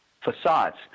facades